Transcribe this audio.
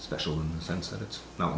pecial in the sense that it's not